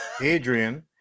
Adrian